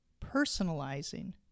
personalizing